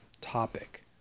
topic